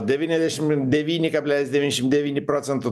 devyniasdešim devyni kablelis devynšim devyni procentų